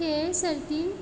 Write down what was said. खेळ सर्तीन